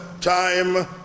time